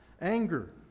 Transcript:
Anger